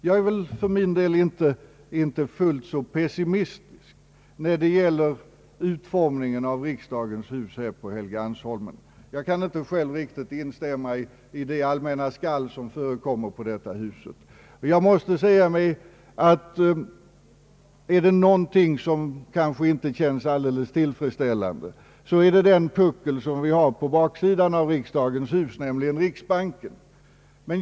Jag är för min del inte fullt så pessimistisk när det gäller utformningen av riksdagens hus här på Helgeandsholmen. Jag kan inte riktigt instämma i det allmänna skallet på detta hus. är det någonting som kanske inte känns alldeles tillfredsställande är det den puckel som finns på baksidan av riksdagens hus och som rymmer riksbanken.